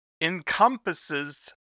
encompasses